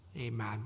Amen